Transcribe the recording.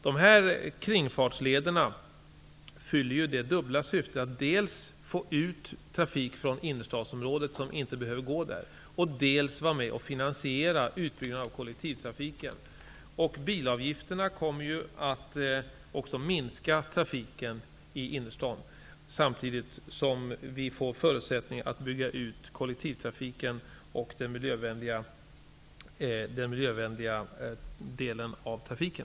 De här kringfartslederna fyller det dubbla syftet att dels få ut trafik från innerstadsområdet, som inte behöver finnas där, dels vara med och finansiera utbyggnaden av kollektivtrafiken. Bilavgifterna kommer ju att också minska trafiken i innerstaden samtidigt som vi får förutsättningar att bygga ut kollektivtrafiken och den miljövänliga delen av trafiken.